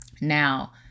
Now